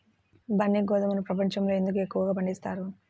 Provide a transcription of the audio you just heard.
బన్సీ గోధుమను ప్రపంచంలో ఎందుకు ఎక్కువగా పండిస్తారు?